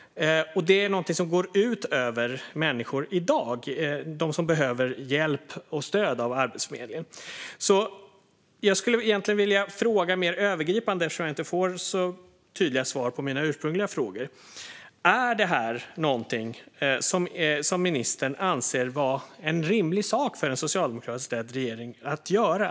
Detta går ut över människor som i dag behöver hjälp och stöd av Arbetsförmedlingen. Jag skulle egentligen vilja fråga mer övergripande, eftersom jag inte får tydliga svar på mina ursprungliga frågor: Anser ministern att detta är en rimlig sak för en socialdemokratiskt ledd regering att göra?